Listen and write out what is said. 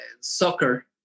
soccer